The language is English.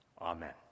Amen